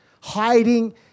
hiding